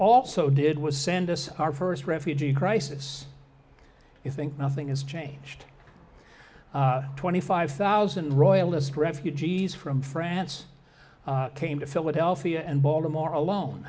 also did was send us our first refugee crisis you think nothing is changed twenty five thousand royalist refugees from france came to philadelphia and baltimore alone